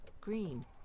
green